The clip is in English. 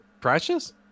Precious